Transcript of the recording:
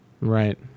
Right